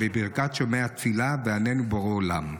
בברכת שומע תפילה "ועננו בורא עולם".